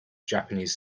japanese